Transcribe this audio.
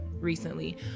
recently